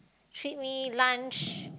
treat me lunch